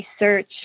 research